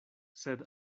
sed